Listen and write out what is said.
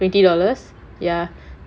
twenty dollars ya